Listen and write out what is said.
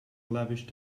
lavish